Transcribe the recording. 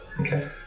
Okay